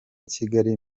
kigali